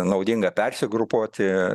naudinga persigrupuoti